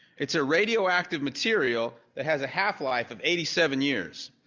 it's a radioactive material that has a half-life of eighty seven years.